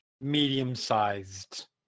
medium-sized